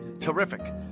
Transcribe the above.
Terrific